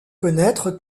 connaître